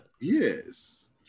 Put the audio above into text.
Yes